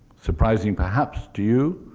surprising, perhaps, to you,